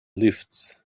lifts